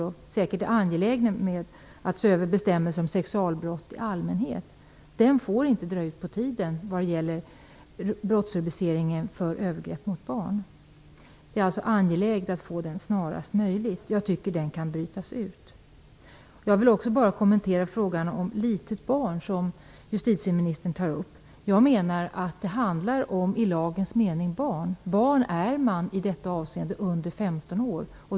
Det är säkert angeläget att se över bestämmelserna om sexualbrott i allmänhet. Men det får inte dra ut på tiden när det gäller brottsrubriceringen för övergrepp mot barn. Det är alltså angeläget att få en förändring snarast möjligt. Jag tycker att den frågan kan brytas ut. Jag vill också kommentera frågan om "litet barn", som justitieministern berörde. Jag menar att det i lagens mening handlar om barn. Barn är man i detta avseende när man är under 15 år.